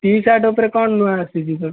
ଟି shirt ଉପରେ କ'ଣ ନୂଆ ଆସିଛି ସାର୍